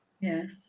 Yes